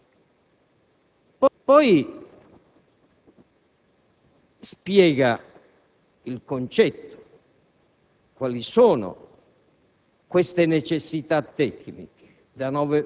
Mastella, che trae origine da necessità tecniche.